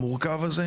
המורכב הזה.